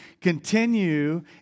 continue